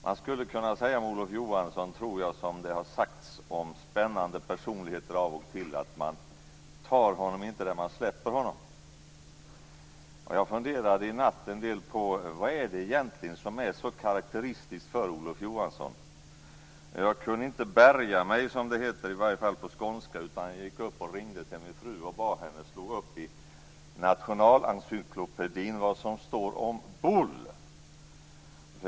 Man skulle, tror jag, kunna säga om Olof Johansson, som det har sagts om spännande personer av och till, att man tar honom inte där man släpper honom. Jag funderade en del i natt på vad det egentligen är som är så karakteristiskt för Olof Johansson. Jag kunde inte bärga mig som det heter, i varje fall på skånska, utan jag gick upp, ringde till min fru och bad henne slå upp i Nationalencyklopedin vad som står om boule.